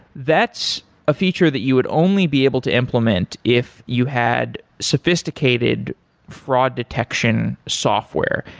that's a feature that you would only be able to implement if you had sophisticated fraud detections software,